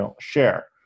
share